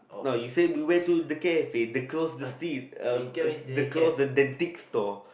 now you say beware to the cafe across the street um across the then dick store